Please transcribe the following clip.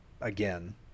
again